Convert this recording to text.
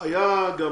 אנחנו מפעילים לחץ.